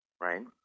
right